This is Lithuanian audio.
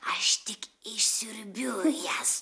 aš tik išsiurbiu jas